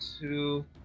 two